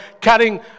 Carrying